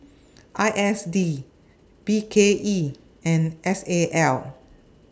I S D B K E and S A L